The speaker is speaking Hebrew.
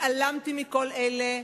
התעלמתי מכל אלה,